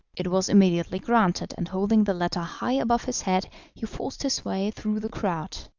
it was immediately granted, and holding the letter high above his head he forced his way through the crowd.